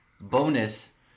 Bonus